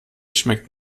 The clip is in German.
schmeckt